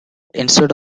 instead